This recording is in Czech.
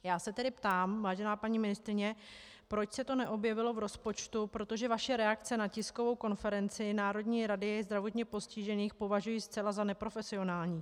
Já se tedy ptám, vážená paní ministryně, proč se to neobjevilo v rozpočtu, protože vaše reakce na tiskovou konferenci Národní rady zdravotně postižených považuji zcela za neprofesionální.